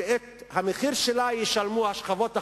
שאת המחיר שלה ישלמו השכבות החלשות,